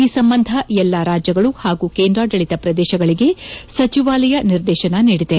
ಈ ಸಂಬಂಧ ಎಲ್ಲಾ ರಾಜ್ಯಗಳು ಹಾಗೂ ಕೇಂದ್ರಾಡಳಿತ ಪ್ರದೇಶಗಳಿಗೆ ಸಚಿವಾಲಯ ನಿರ್ದೇಶನ ನೀಡಿದೆ